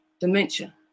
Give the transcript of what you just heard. Dementia